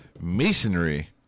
Masonry